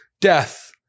death